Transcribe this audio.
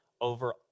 over